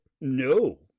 No